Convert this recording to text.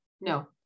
No